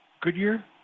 Goodyear